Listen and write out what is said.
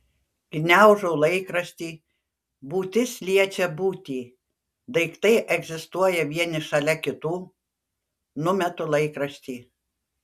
gniaužau laikraštį būtis liečia būtį daiktai egzistuoja vieni šalia kitų numetu laikraštį